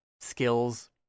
skills